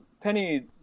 Penny